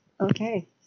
Okay